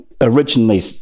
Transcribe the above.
originally